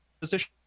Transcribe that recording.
position